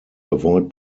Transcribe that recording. avoid